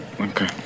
Okay